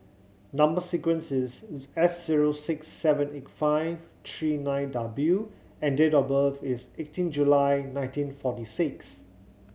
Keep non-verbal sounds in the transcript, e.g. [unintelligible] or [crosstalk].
number sequence is [unintelligible] S zero six seven eight five three nine W and date of birth is eighteen July nineteen forty six